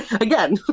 again